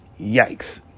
Yikes